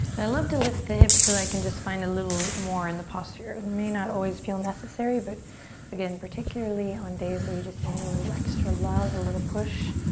i love to lift the hips so i can just find a little more in the posture. it and may not always feel necessary but again, particularly on days where you just need a little extra love, a little push